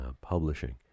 publishing